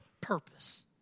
purpose